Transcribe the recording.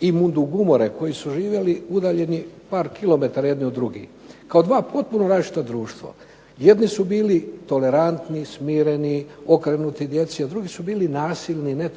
i Mundugumore koji su živjeli udaljeni par kilometara jedni od drugih kao dva potpuno različita društva. Jedni su bili tolerantni, smireni, okrenuti djecu Jedni su bili